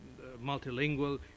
multilingual